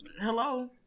hello